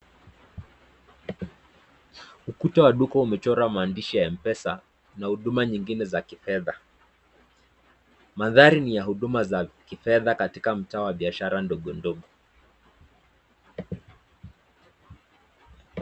Ukuta wa duka umechorwa maandishi ya M-PESA na huduma nyingine za kifedha. Mandhari ni ya huduma za kifedha katika mtaa wa biashara ndogo ndogo.